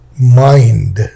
mind